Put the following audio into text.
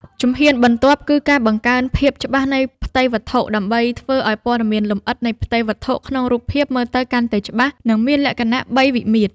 ជំហ៊ានបន្ទាប់គឺការបង្កើន ភាពច្បាស់នៃផ្ទៃវត្ថុ ដើម្បីធ្វើឱ្យព័ត៌មានលម្អិតនៃផ្ទៃវត្ថុក្នុងរូបភាពមើលទៅកាន់តែច្បាស់ និងមានលក្ខណៈបី វិមាត្រ។